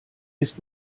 ist